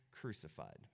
crucified